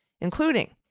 including